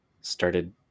started